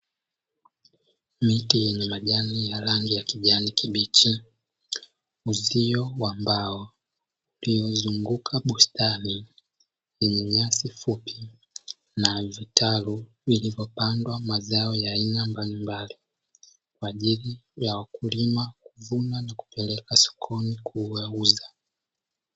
Miti yenye majani ya rangi ya kijani kibichi ,uzio wa mbao uliozunguka bustani yenye nyasi fupi na vitalu vilivyopandwa mazao ya aina mbalimbali, kwa ajili ya wakulima kuvuna na kupeleka sokoni kuyauza.